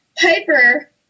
Piper